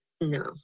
No